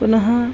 पुनः